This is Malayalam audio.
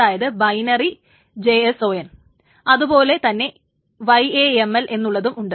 അതായത് ബൈനറി JSON അതുപോലെ തന്നെ YAML എന്നുള്ളതും ഉണ്ട്